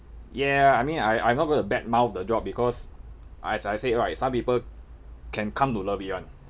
yeah I mean I I not going to badmouth the job because as I said right some people can come to love it [one]